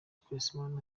quaresma